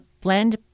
Blend